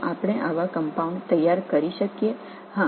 எனவே அத்தகைய கலவையை நாம் தயாரிக்க முடியுமா